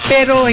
Pero